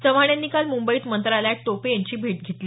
चव्हाण यांनी काल मुंबईत मंत्रालयात टोपे यांची भेट घेतली